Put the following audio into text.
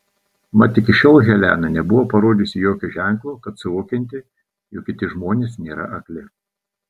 mat iki šiol helena nebuvo parodžiusi jokio ženklo kad suvokianti jog kiti žmonės nėra akli